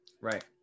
Right